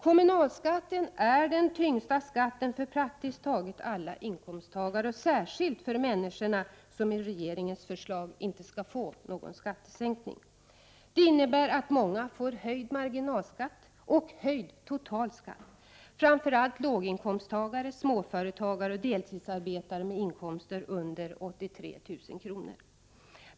Kommunalskatten är den tyngsta skatten för praktiskt taget alla inkomsttagare, men särskilt för de människor som i regeringens förslag inte skall få någon skattesänkning. Det innebär att många får höjd marginalskatt och höjd totalskatt, framför allt låginkomsttagare, småföretagare och deltidsarbetare med inkomster under 83 000 kr.